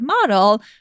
model